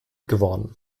geworden